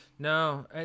No